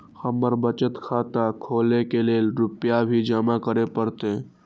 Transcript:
हमर बचत खाता खोले के लेल रूपया भी जमा करे परते?